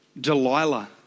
Delilah